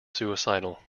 suicidal